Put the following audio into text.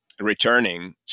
returning